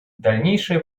дальнейшая